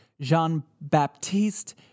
Jean-Baptiste